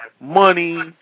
money